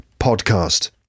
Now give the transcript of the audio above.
podcast